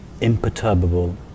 imperturbable